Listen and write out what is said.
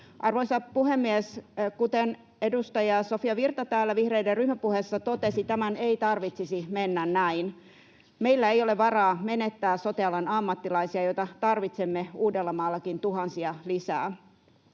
Arvoisa puhemies! Kuten edustaja Sofia Virta täällä vihreiden ryhmäpuheessa totesi, tämän ei tarvitsisi mennä näin. Meillä ei ole varaa menettää sote-alan ammattilaisia, joita tarvitsemme Uudellamaallakin tuhansia lisää.